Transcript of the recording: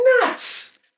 nuts